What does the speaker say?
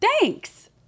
Thanks